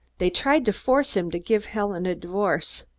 they tried to force him to give helen a divorce.